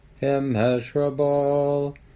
immeasurable